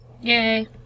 Yay